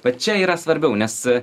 bet čia yra svarbiau nes